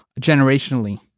generationally